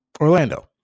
Orlando